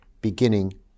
beginning